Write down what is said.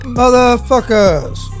motherfuckers